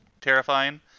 terrifying